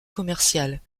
commercial